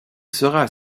sera